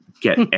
get